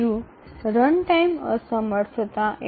দ্বিতীয়টি হল রানটাইম অদক্ষতা